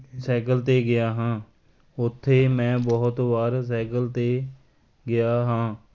cycle 'ਤੇ ਗਿਆ ਹਾਂ ਉੱਥੇ ਮੈਂ ਬਹੁਤ ਵਾਰ ਸਾਈਕਲ 'ਤੇ ਗਿਆ ਹਾਂ